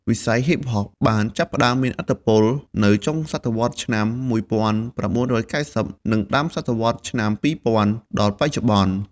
វិស័យហ៊ីបហប ចាប់ផ្តើមមានឥទ្ធិពល នៅចុងទសវត្សរ៍ឆ្នាំ ១៩៩០ និងដើមទសវត្សរ៍ឆ្នាំ២០០០ដល់បច្ចុប្បន្ន។